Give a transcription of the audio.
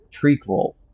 prequel